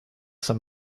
some